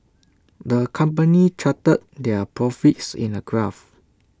the company charted their profits in A graph